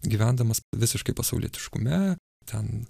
gyvendamas visiškai pasaulietiškume ten